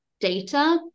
data